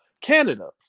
Canada